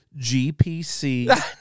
GPC